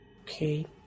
Okay